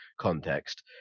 context